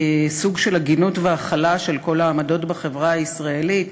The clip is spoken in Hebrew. סוג של הגינות והכלה של כל העמדות בחברה הישראלית,